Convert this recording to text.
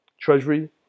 Treasury